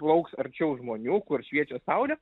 plauks arčiau žmonių kur šviečia saulė